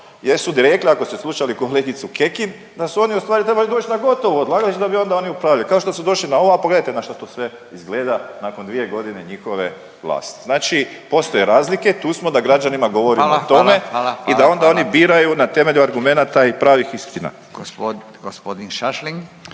Jer su rekli, ako ste slušali kolegicu Kekin, da su oni ustvari trebali doć na gotovo odlagalište, da bi onda oni upravljali, kao što su došli na ovo, a pogledajte na šta to sve izgleda nakon 2.g. njihove vlasti. Znači postoje razlike, tu smo da građanima govorimo o tome…/Upadica Radin: Hvala, hvala, hvala, hvala, hvala./…i da onda